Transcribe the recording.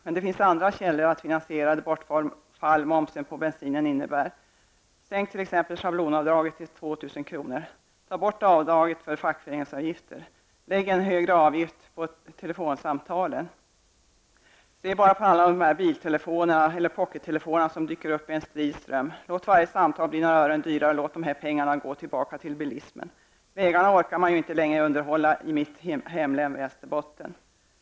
Men det finns andra inkomstkällor för att finansiera det bortfall som momsen på bensinen innebär. Sänk exempelvis schablonavdraget till 2 000 kr. och ta bort avdraget för fackföreningsavgiften! Lägg en högre avgift på telefonsamtal! Se bara på alla dessa biltelefoner eller pockettelefoner som dyker upp i en strid ström. Låt varje samtal bli några ören dyrare, och låt pengarna gå tillbaka till bilismen! Vägarna orkar man inte längre underhålla i mitt hemlän, Västerbotten.